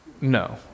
no